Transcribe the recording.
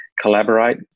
collaborate